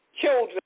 children